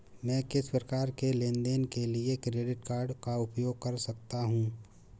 मैं किस प्रकार के लेनदेन के लिए क्रेडिट कार्ड का उपयोग कर सकता हूं?